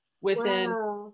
within-